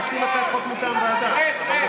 רד, רד.